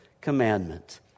commandment